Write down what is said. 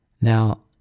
Now